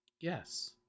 Yes